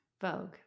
Vogue